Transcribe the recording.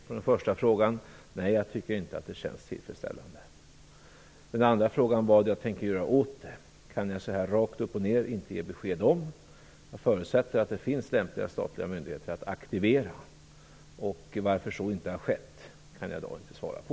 På den första frågan svarar jag: Nej, jag tycker inte att det känns tillfredsställande. På frågan om vad jag tänker göra åt det vill jag säga att jag inte kan ge något besked så här rakt upp och ned. Jag förutsätter att det finns lämpliga statliga myndigheter att aktivera. Varför så inte har skett kan jag i dag inte svara på.